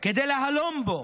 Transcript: כדי להלום בו,